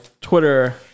twitter